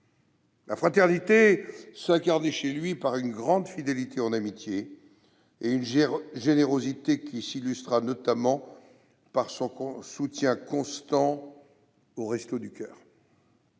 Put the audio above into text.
La fraternité s'incarnait chez lui par une grande fidélité en amitié et une générosité qui s'illustra notamment par son soutien constant aux Restos du coeur.